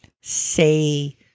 say